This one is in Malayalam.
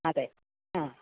അതെ ആ